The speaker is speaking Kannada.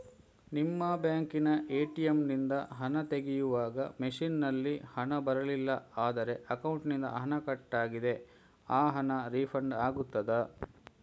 ನಿಮ್ಮ ಬ್ಯಾಂಕಿನ ಎ.ಟಿ.ಎಂ ನಿಂದ ಹಣ ತೆಗೆಯುವಾಗ ಮಷೀನ್ ನಲ್ಲಿ ಹಣ ಬರಲಿಲ್ಲ ಆದರೆ ಅಕೌಂಟಿನಿಂದ ಹಣ ಕಟ್ ಆಗಿದೆ ಆ ಹಣ ರೀಫಂಡ್ ಆಗುತ್ತದಾ?